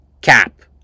Cap